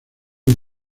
del